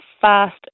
fast